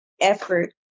effort